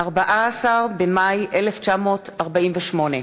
14 במאי 1948: